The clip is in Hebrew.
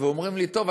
ואומרים לי: טוב,